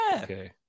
Okay